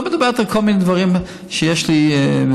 לא מדבר על כל מיני דברים שיש לי בתוך.